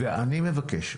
אני מבקש,